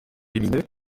lumineux